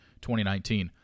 2019